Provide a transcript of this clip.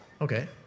Okay